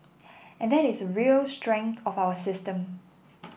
and that is a real strength of our system